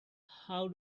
how